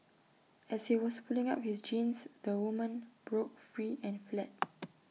as he was pulling up his jeans the woman broke free and fled